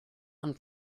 and